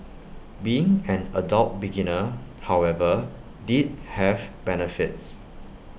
being an adult beginner however did have benefits